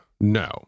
no